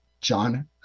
john